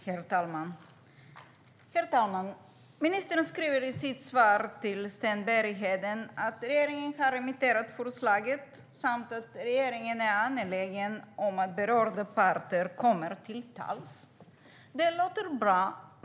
Herr talman! Ministern säger i sitt svar till Sten Bergheden att regeringen har remitterat förslaget samt att regeringen är angelägen om att berörda parter får komma till tals. Det låter bra.